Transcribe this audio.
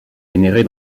vénérée